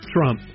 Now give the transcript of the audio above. Trump